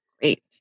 Great